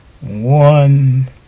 one